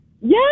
Yes